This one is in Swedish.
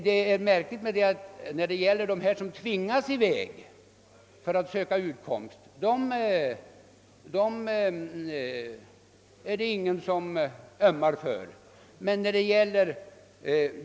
Det är märkligt att man så fort glömmer dem som tvingas i väg för att söka sig utkomst på annat håll.